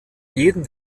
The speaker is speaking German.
jedem